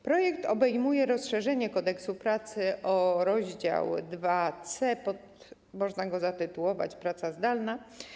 Projekt obejmuje rozszerzenie Kodeksu pracy o rozdział IIc, który można zatytułować: Praca zdalna.